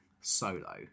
solo